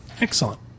Excellent